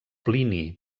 plini